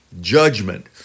judgment